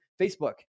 Facebook